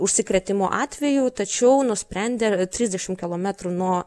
užsikrėtimų atvejų tačiau nusprendė trisdešim kilometrų nuo